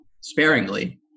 sparingly